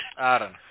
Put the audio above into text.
Adam